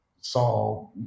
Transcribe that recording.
saw